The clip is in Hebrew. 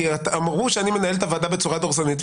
אמרו שאני מנהל את הוועדה בצורה דורסנית,